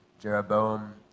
Jeroboam